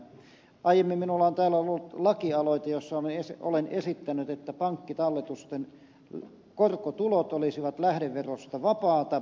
aiemmin minulla on täällä ollut lakialoite jossa olen esittänyt että pankkitalletusten korkotulot olisivat lähdeverosta vapaita